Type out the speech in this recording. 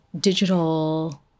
digital